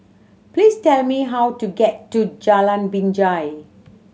please tell me how to get to Jalan Binjai